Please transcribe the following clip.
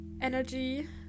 energy